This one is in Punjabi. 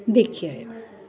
ਦੇਖਿਆ ਆ